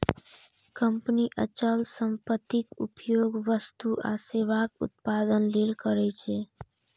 company अचल संपत्तिक उपयोग वस्तु आ सेवाक उत्पादन लेल करै छै